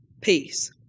peace